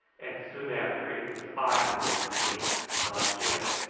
and soon after it was i who went to sleep, not gyp,